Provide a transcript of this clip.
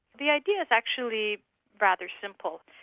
the idea is actually rather simple.